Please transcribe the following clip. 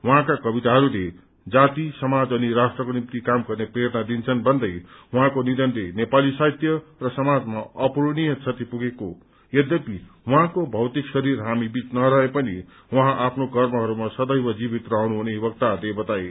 उहाँका कवितताहरूले जाति समाज अनि राष्ट्रको निम्ति काम गर्ने प्रेरणा दिन्छन् भन्दै उहाँको निधनले नेपाली साहित्य र समाजमा अपूरणीय क्षति पुगेको यध्यपि उहाँको भौतिक शरीर हामीबीच नरहे पनि उहाँ आफ्नो कर्महरूमा सदैव जीवित रहनुहुने वक्ताहरूले बताए